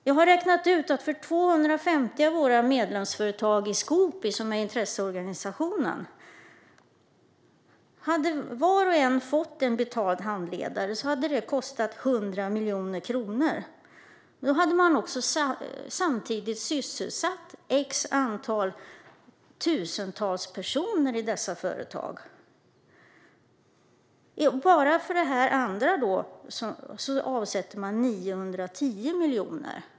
Jag har räknat ut att det hade kostat 100 miljoner kronor att ge 250 av medlemsföretagen i Skoopi, som är intresseorganisationen, en betald handledare. Då hade man samtidigt sysselsatt x tusen personer i dessa företag. Bara för detta andra avsätter man 910 miljoner.